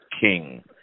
king